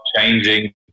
changing